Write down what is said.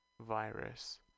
virus